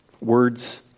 words